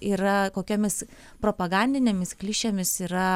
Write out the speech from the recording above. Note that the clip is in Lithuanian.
yra kokiomis propagandinėmis klišėmis yra